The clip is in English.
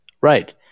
Right